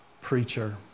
preacher